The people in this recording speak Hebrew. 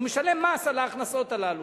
הוא משלם מס על ההכנסות הללו.